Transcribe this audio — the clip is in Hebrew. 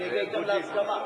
אני אגיע אתם להסכמה.